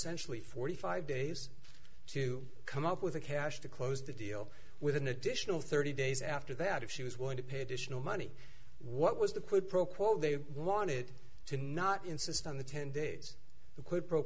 ually forty five days to come up with the cash to close the deal with an additional thirty days after that if she was willing to pay additional money what was the quid pro quo they wanted to not insist on the ten days a quid pro